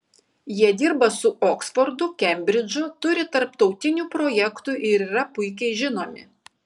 jie dirba su oksfordu kembridžu turi tarptautinių projektų ir yra puikiai žinomi